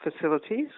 Facilities